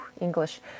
English